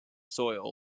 soil